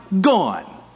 gone